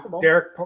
Derek